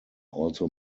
also